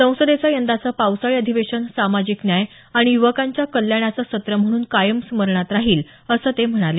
संसदेचं यंदाचं पावसाळी अधिवेशन सामाजिक न्याय आणि युवकांच्या कल्याणाचं सत्र म्हणून कायम स्मरणात राहील असं ते म्हणाले